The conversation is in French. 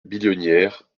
billonnière